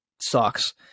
sucks